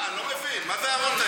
מה, אני לא מבין, מה זה ההערות האלה?